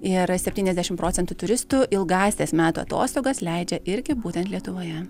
ir septyniasdešim procentų turistų ilgąsias metų atostogas leidžia irgi būtent lietuvoje